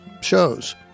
shows